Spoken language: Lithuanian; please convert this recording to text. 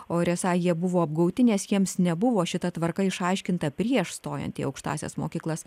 o ir esą jie buvo apgauti nes jiems nebuvo šita tvarka išaiškinta prieš stojant į aukštąsias mokyklas